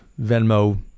Venmo